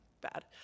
bad